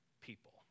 people